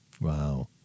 Wow